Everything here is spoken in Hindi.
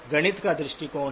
गणित का दृष्टिकोण है